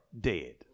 dead